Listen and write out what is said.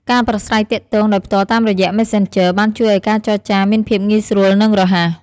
ការប្រាស្រ័យទាក់ទងដោយផ្ទាល់តាមរយៈ Messenger បានជួយឱ្យការចរចាមានភាពងាយស្រួលនិងរហ័ស។